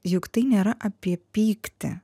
juk tai nėra apie pyktį